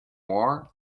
war